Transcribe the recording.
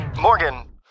Morgan